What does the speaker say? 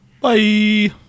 Bye